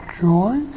joy